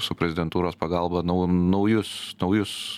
su prezidentūros pagalba naujus naujus